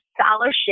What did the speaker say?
scholarship